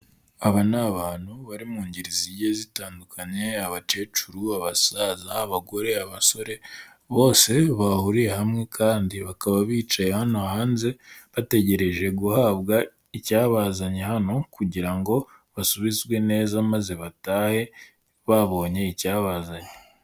Aba ni abantu bari mu ngeri zigiye zitandukanye, abakecuru, abasaza, abagore, abasore, bose bahuriye hamwe kandi bakaba bicaye hano hanze, bategereje guhabwa icyabazanye hano kugira ngo basubizwe neza maze batahe, babonye icyabazanye.